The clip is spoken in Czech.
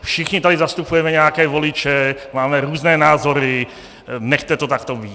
Všichni tady zastupujeme nějaké voliče, máme různé názory, nechte to takto být!